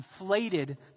inflated